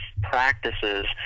practices